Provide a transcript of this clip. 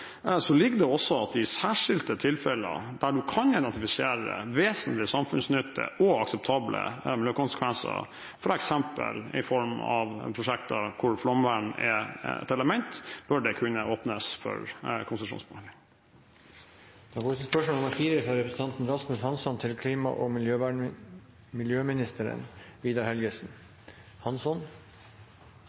ligger det også at i de særskilte tilfellene der man kan identifisere vesentlig samfunnsnytte og akseptable miljøkonsekvenser, f.eks. i form av prosjekter hvor flomvern er et element, bør det kunne åpnes for konsesjonsbehandling.